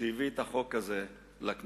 שהביא את החוק הזה לכנסת.